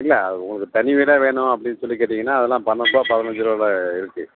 இல்லை அது உங்களுக்குத் தனி வீடா வேணும் அப்படின்னு சொல்லிக் கேட்டீங்கன்னால் அதெல்லாம் பன்னண்டு ரூபா பதினஞ்சு ரூபால இருக்குது